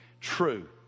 true